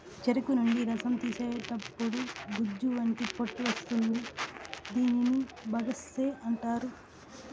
చెరుకు నుండి రసం తీసేతప్పుడు గుజ్జు వంటి పొట్టు వస్తుంది దీనిని బగస్సే అంటారు